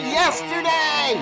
yesterday